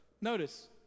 notice